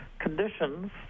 conditions